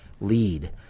lead